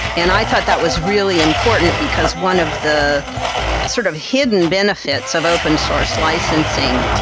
and i thought that was really important because one of the sort of hidden benefits of open source licensing,